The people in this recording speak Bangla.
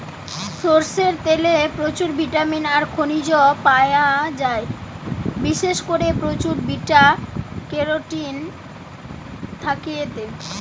সরষের তেলে প্রচুর ভিটামিন আর খনিজ পায়া যায়, বিশেষ কোরে প্রচুর বিটা ক্যারোটিন থাকে এতে